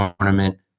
tournament